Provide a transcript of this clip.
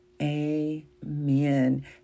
Amen